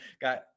got